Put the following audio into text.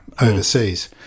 Overseas